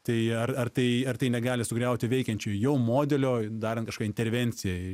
tai ar tai ar tai negali sugriauti veikiančio jau modelio darant kažką intervenciją